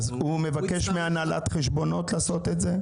האם הוא יבקש מהנהלת חשבונות לעשות זאת?